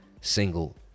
single